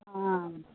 आं